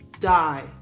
die